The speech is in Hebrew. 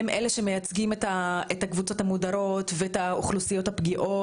הם אלה שמייצגים את הקבוצות המודרות ואת האוכלוסיות הפגיעות.